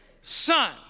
son